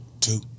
Two